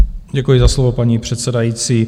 Děkuji za slovo, paní předsedající.